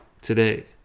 today